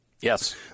Yes